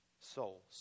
souls